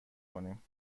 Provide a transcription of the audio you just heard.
کنیم